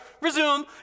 resume